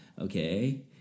okay